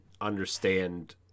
understand